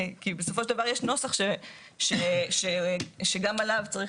כי בסופו של דבר יש נוסח שגם עליו צריך